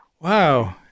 Wow